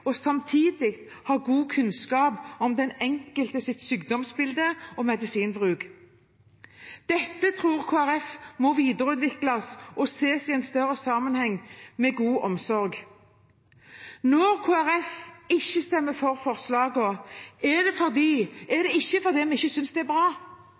og samtidig har god kunnskap om den enkeltes sykdomsbilde og medisinbruk. Dette tror Kristelig Folkeparti må videreutvikles og ses i en større sammenheng med god omsorg. Når Kristelig Folkeparti ikke stemmer for forslagene, er det ikke fordi vi ikke synes de er bra.